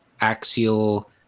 axial